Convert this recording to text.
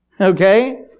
Okay